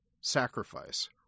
sacrifice